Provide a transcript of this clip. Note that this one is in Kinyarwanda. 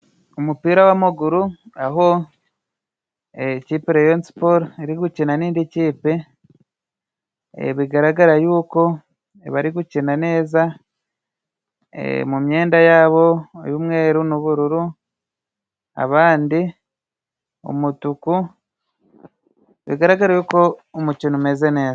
Umupira w’amaguru, aho ikipe ya Reyo Siporo iri gukina n’indi kipe, bigaragara y’uko bari gukina neza, mu myenda yabo y’umweru n’ubururu; abandi umutuku. Bigaragara ko umukino umeze neza.